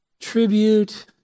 tribute